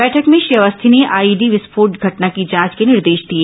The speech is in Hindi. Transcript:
बैठक में श्री अवस्थी ने आईईडी विस्फोट घटना की जांच के निर्देश दिए